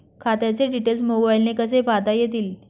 खात्याचे डिटेल्स मोबाईलने कसे पाहता येतील?